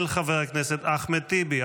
של חבר הכנסת אחמד טיבי.